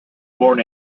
born